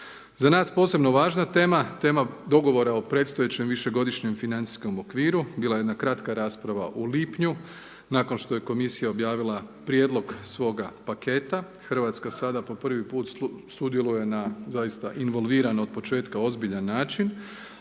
Za nas posebno važna tema, tema dogovora o predstojećem višegodišnjem financijskom okviru, bila je jedna kratka rasprava u lipnju nakon što je Komisija objavila prijedlog svoga paketa, RH sada po prvi put sudjeluje na doista, involviran od početka ozbiljan način